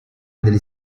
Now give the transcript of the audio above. degli